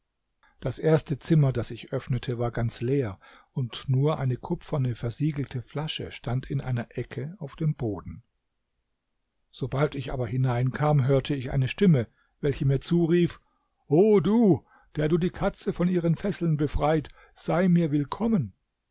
das erste zimmer das ich öffnete war ganz leer nur eine kupferne versiegelte flasche stand in einer ecke auf dem boden sobald ich aber hineinkam hörte ich eine stimme welche mir zurief o du der du die katze von ihren fesseln befreit sei mir willkommen